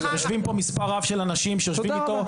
יושבים פה מספר רב של אנשים שיושבים איתו.